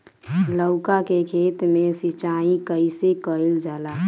लउका के खेत मे सिचाई कईसे कइल जाला?